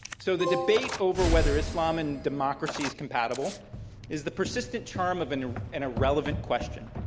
so the debate over whether islam and democracy is compatible is the persistent charm of an an irrelevant question,